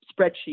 spreadsheet